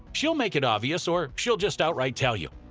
she'll make it obvious, or she'll just outright tell you.